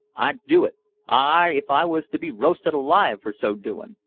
i'd do it ay, if i was to be roasted alive for so doin'.